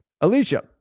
Alicia